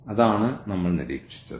അതാണ് നമ്മൾ നിരീക്ഷിച്ചത്